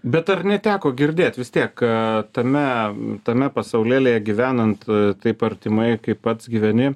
bet ar neteko girdėt vis tiek tame tame pasaulėlyje gyvenant taip artimai kaip pats gyveni